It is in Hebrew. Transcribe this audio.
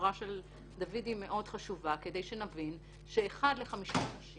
ההבהרה של דוידי היא מאוד חשובה כדי שנבין שאחד לחמישה אנשים